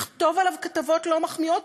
לכתוב עליו כתבות לא מחמיאות?